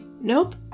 nope